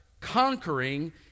conquering